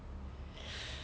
it was a power move